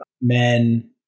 men